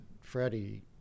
Freddie